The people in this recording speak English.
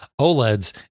OLEDs